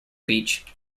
beach